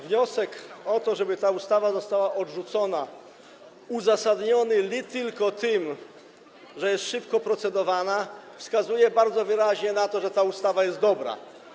Wniosek o to, żeby ta ustawa została odrzucona, uzasadniony li tylko tym, że jest szybko procedowana, wskazuje bardzo wyraźnie na to, że ta ustawa jest dobra.